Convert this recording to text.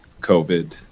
COVID